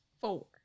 four